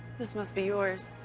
this must be yours.